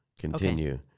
continue